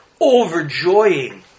overjoying